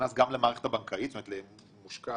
נכנס גם למערכת הבנקאית, מושקע